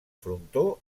frontó